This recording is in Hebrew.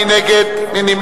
מי נגד?